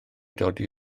dodi